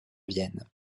vienne